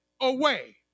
away